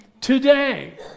Today